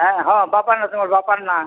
ହଁ ହଁ ବାପାର୍ ନାଁ ତମର୍ ବାପାର୍ ନାଁ